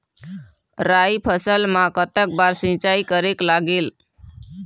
राई फसल मा कतक बार सिचाई करेक लागेल?